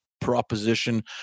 proposition